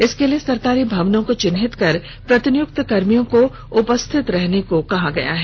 इसके लिए सरकारी भवनों को चिन्हित कर प्रतिनियुक्त कर्मियों को उपस्थित होने को कहा गया है